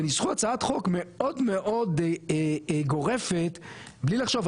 ונסחו הצעת חוק מאוד מאוד גורפת בלי לחשוב.